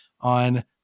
on